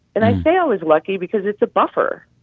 and i say i was lucky because it's a buffer.